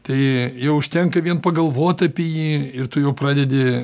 tai jau užtenka vien pagalvot apie jį ir tu jau pradedi